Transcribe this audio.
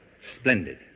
Splendid